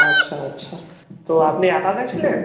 আচ্ছা আচ্ছা তো আপনি একা গিয়েছিলেন